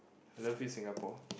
I love you Singapore